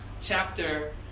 chapter